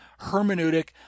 hermeneutic